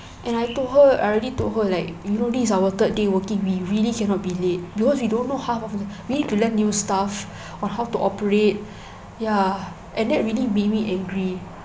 and I told her I already told her like you know this our third day working we really cannot be late because we don't know half of we need to learn new stuff on how to operate ya and that really made me angry